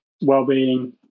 well-being